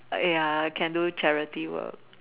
ya can do charity work